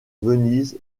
venise